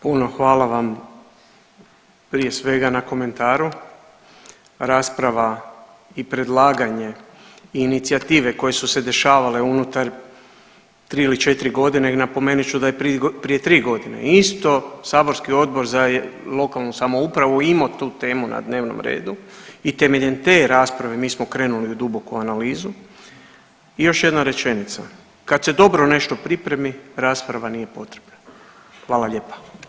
Puno hvala vam prije svega na komentaru, rasprava i predlaganje i inicijative koje su se dešavale unutar 3 ili 4.g. napomenut ću da je prije 3.g. isto saborski Odbor za lokalnu samoupravu imao tu temu na dnevnom redu i temeljem te rasprave mi smo krenuli u duboku analizu i još jedna rečenica, kad se dobro nešto pripremi rasprava nije potrebna, hvala lijepa.